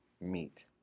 meat